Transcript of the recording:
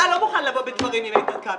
אתה לא מוכן לבוא בדברים עם איתן כבל.